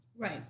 Right